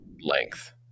length